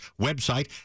website